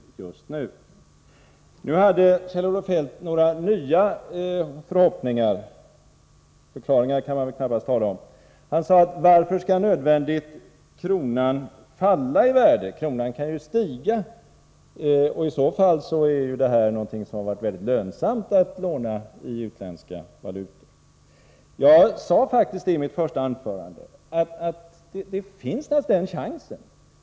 Kjell-Olof Feldt hade några nya förhoppningar — förklaringar kan man väl knappast tala om. Han undrade varför kronan nödvändigtvis skall falla i värde — kronan kan ju stiga — och i så fall har det varit mycket lönsamt att låna i utländska valutor. Jag sade faktiskt i mitt första anförande att den möjligheten naturligtvis fanns.